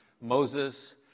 Moses